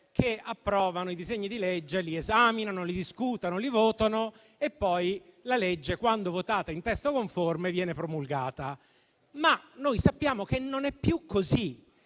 che approvano i disegni di legge, li esaminano, li discutano, li votano. Poi, la legge, quando votata in testo conforme, viene promulgata. Noi sappiamo, però, che non è più così.